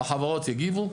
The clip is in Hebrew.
החברות יגיבו.